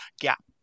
gap